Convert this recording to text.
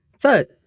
Third